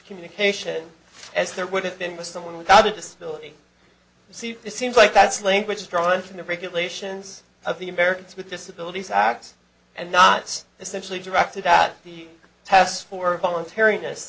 communication as there would have been with someone without a disability this seems like that's language drawn from the regulations of the americans with disabilities act and not essentially directed at the test for a voluntary in